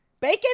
Bacon